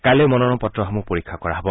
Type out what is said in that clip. কাইলৈ মনোনয়ন পত্ৰসমূহ পৰীক্ষা কৰা হব